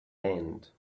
end